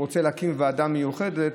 שרוצה להקים ועדה מיוחדת,